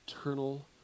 eternal